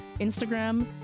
instagram